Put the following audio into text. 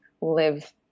live